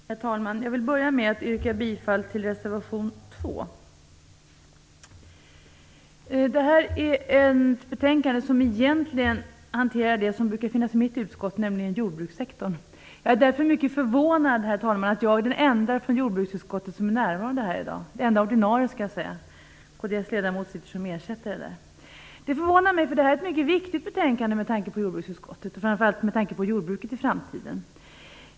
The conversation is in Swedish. Herr talman! Jag vill börja med att yrka bifall till reservation 2. I detta betänkande hanteras något som egentligen brukar tas upp i mitt utskott, nämligen jordbrukssektorn. Jag är därför mycket förvånad över att jag är den enda ordinarie ledamoten från jordbruksutskottet som är närvarande här i dag. Kds ledamot sitter som ersättare i utskottet. Det förvånar mig, eftersom detta är ett mycket viktigt betänkande, framför allt med tanke på jordbruket i framtiden.